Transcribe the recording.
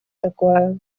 такое